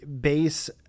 base